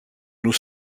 nous